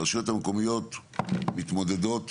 הרשויות המקומיות מתמודדות,